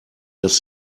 dass